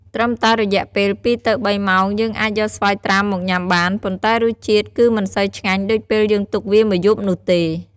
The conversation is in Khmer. ត្រឹមតែរយៈពេល ២ទៅ៣ម៉ោង យើងអាចយកស្វាយត្រាំមកញុំាបាន ប៉ុន្តែរសជាតិគឺមិនសូវឆ្ងាញ់ដូចពេលយើងទុកវាមួយយប់នោះទេ។